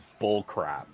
bullcrap